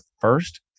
first